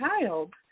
child